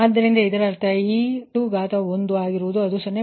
ಆದ್ದರಿಂದ ಇದರರ್ಥ ಅದು e 21 ಆಗುತ್ತದೆ ಅದು 0